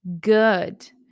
good